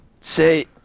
say